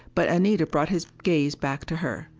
but anita brought his gaze back to her.